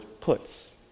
puts